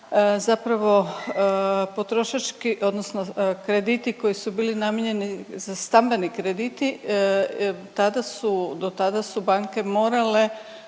zapravo potrošački odnosno krediti koji su bili namijenjeni za stambeni krediti, tada su, do tada su banke morale